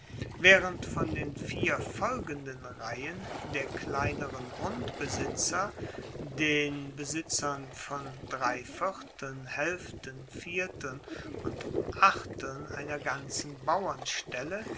waehrend von den vier folgenden reihen der kleineren grundbesitzer den besitzern von dreivierteln haelften vierteln und achteln einer ganzen